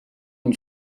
une